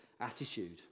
attitude